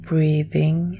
breathing